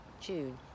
June